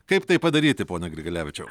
kaip tai padaryti pone grigalevičius